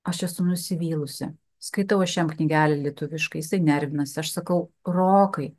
aš esu nusivylusi skaitau aš jam knygelę lietuviškai jisai nervinasi aš sakau rokai